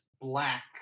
black